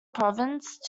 province